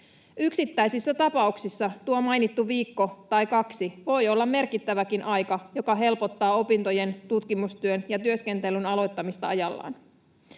Yksittäisissä tapauksissa tuo mainittu viikko tai kaksi voi olla merkittäväkin aika, joka helpottaa opintojen, tutkimustyön ja työskentelyn aloittamista ajallaan.